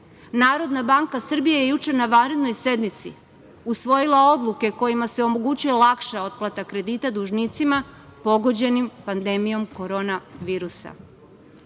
Narodna banka Srbije juče je na vanrednoj sednici usvojila odluke kojima se omogućuje lakša otplata kredita dužnicima pogođenim pandemijom korona virusa. Sve